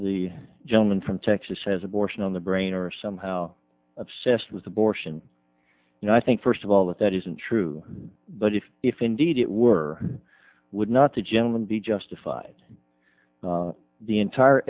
the gentleman from texas has abortion on the brain or somehow obsessed with abortion you know i think first of all that that isn't true but if if indeed it were it would not the gentleman be justified the entire